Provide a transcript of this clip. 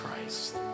Christ